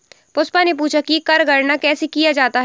पुष्पा ने पूछा कि कर गणना कैसे किया जाता है?